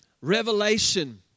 revelation